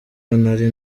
nari